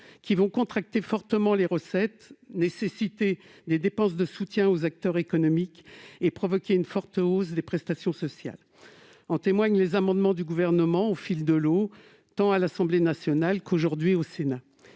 Cela contractera fortement les recettes, nécessitera des dépenses de soutien aux acteurs économiques et provoquera une forte hausse des prestations sociales. Les amendements du Gouvernement présentés au fil de l'eau, tant à l'Assemblée nationale que, aujourd'hui, au Sénat,